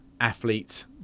athlete